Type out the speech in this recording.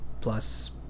plus